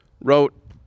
wrote